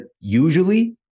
usually